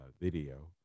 video